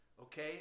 okay